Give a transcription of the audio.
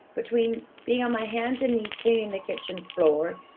between being on my hands and knees cleaning the kitchen floor,